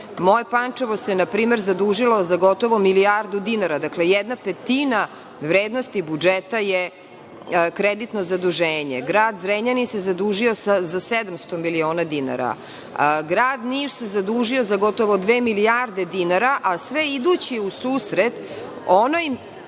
Pančevo se npr. zadužilo za gotovo milijardu dinara. Dakle, jedna petina vrednosti budžeta je kreditno zaduženje. Grad Zrenjanin se zadužio za 700 miliona dinara. Grad Niš se zadužio za gotovo dve milijarde dinara, a sve idući u susret onoj